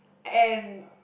and